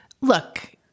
Look